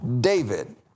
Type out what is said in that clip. David